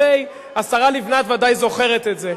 השרה לבנת ודאי זוכרת את זה.